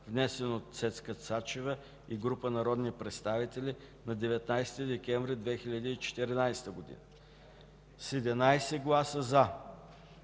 внесен от Цецка Цачева и група народни представители на 19 декември 2014 г.; - с 11 гласа „за”,